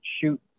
shoot